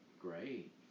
great